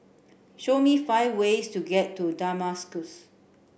show me five ways to get to Damascus